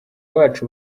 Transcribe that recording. bacu